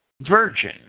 virgin